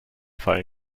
fall